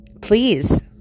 please